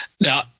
Now